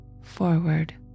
forward